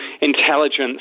intelligence